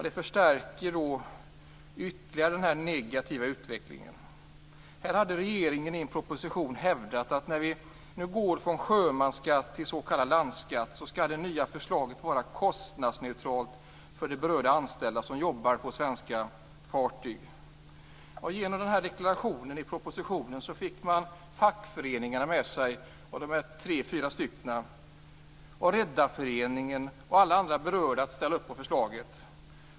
Det förstärker ytterligare den här negativa utvecklingen. Regeringen hade i en proposition hävdat att när man övergick från sjömansskatt till s.k. landskatt skulle det vara kostnadsneutralt för de berörda anställda som jobbar på svenska fartyg. Genom denna deklaration i propositionen fick regeringen fackföreningarna med sig, och de är tre fyra. Även Redarföreningen och alla andra berörda ställde sig bakom förslaget.